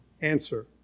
Answer